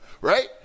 Right